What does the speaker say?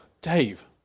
Dave